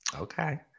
Okay